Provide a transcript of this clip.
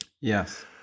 Yes